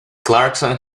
clarkson